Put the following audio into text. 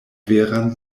veran